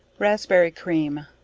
raspberry cream.